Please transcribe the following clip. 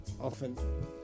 often